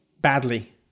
badly